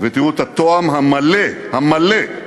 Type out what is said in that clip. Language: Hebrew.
ותראו את התואם המלא, המלא,